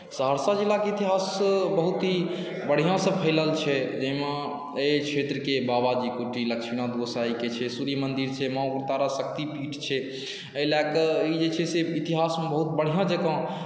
सहरसा जिलाक इतिहास बहुत ही बढ़िआँसँ फैलल छै जाहिमे एहि क्षेत्रके बाबाजीक कुटी लक्ष्मीनाथ गोसाईंके छै सूर्य मन्दिर छै माँ उग्रतारा शक्ति पीठ छै एहि लए कऽ ई जे छै से इतिहासमे बहुत बढ़िआँ जँका